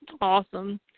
Awesome